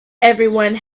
everyone